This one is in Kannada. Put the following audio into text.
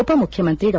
ಉಪ ಮುಖ್ಯಮಂತ್ರಿ ಡಾ